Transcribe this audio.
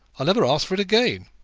i'll never ask for it again.